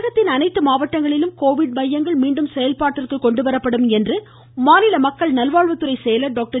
தமிழகத்தின அனைத்து மாவட்டங்களிலும் கோவிட் மையங்கள் மீண்டும் செயல்பாட்டிற்கு கொண்டுவரப்படும் என்று மாநில செயலர் டாக்டர்